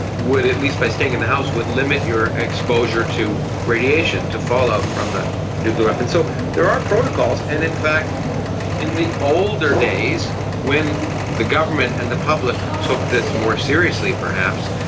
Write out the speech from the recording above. would, at least by staying in and the house, would limit your exposure to radiation, to fallout from the nuclear weapon. so there are protocols, and in fact in the older days when the government and the public took this more seriously perhaps,